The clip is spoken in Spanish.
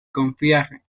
confiar